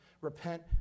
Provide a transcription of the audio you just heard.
repent